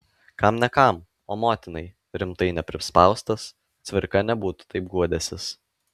kam ne kam o motinai rimtai neprispaustas cvirka nebūtų taip guodęsis